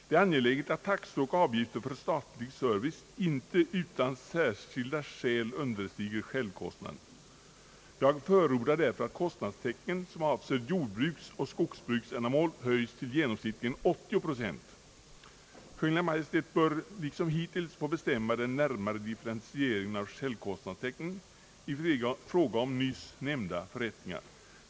Det är angeläget att taxor och avgifter för statlig service inte utan särskilda skäl understiger självkostnaden. Jag förordar därför att kostnadstäckningen som avser jordbruks och skogsbruksändamål höjs till genomsnittligen 80 procent. Kungl. Maj:t bör liksom hittills få bestämma den närmare differentieringen av självkostnadstäckningen i fråga om nyss nämnda förrättningar.